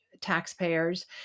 taxpayers